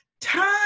Time